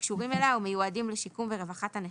הקשורים אליה ומיועדים לשיקום ורווחת הנכה,